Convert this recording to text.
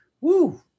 woo